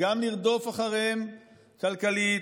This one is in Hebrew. גם לרדוף אחריהם כלכלית,